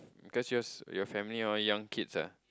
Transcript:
cause yours your family a lot young kids ah